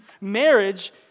Marriage